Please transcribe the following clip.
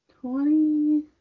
Twenty